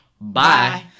bye